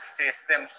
system